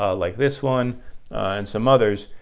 ah like this one and some others,